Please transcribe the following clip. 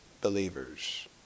believers